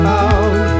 out